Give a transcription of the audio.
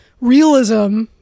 realism